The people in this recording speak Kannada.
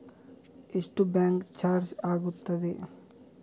ಎಷ್ಟು ಬ್ಯಾಂಕ್ ಚಾರ್ಜ್ ಆಗುತ್ತದೆ?